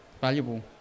valuable